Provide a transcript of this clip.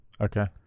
okay